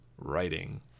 writing